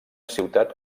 ciutat